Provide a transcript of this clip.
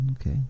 Okay